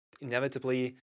inevitably